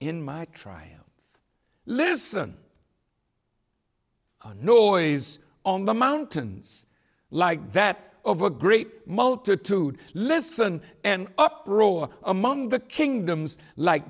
in my trial listen the noise on the mountains like that of a great multitude listen and uproar among the kingdoms like